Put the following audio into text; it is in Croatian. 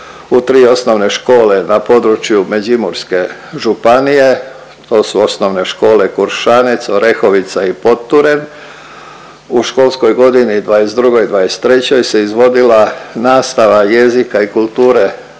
u tri osnovne škole na području Međimurske županije, to su osnovne škole Kuršanec, Orehovica i Poture. U školskoj godini '22./'23. se izvodila nastava jezika i kulture